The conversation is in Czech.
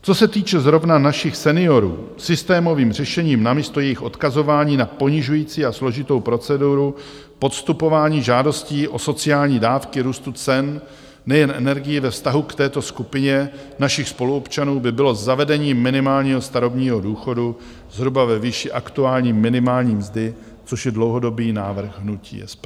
Co se týče zrovna našich seniorů, systémovým řešením namísto jejich odkazování na ponižující a složitou proceduru podstupování (?) žádostí o sociální dávky růstu cen nejen energií ve vztahu k této skupině našich spoluobčanů by bylo zavedení minimálního starobního důchodu zhruba ve výši aktuální minimální mzdy, což je dlouhodobý návrh hnutí SPD.